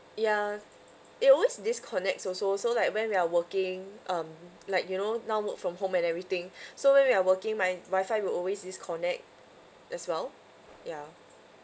it always disconnects also so like when we are working um like you know now work from home and everything so when we are working my wifi will always disconnect as well ya